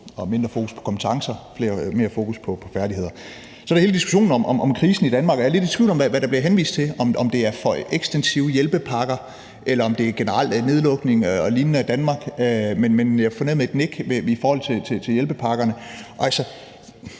mindre fokus på kompetencer og mere fokus på færdigheder. Så er der hele diskussionen om krisen i Danmark. Jeg er lidt i tvivl om, hvad der bliver henvist til. Er det for ekstensive hjælpepakker, eller er det generelt nedlukninger og lignende af Danmark? Men jeg fornemmede et nik i forhold til hjælpepakkerne.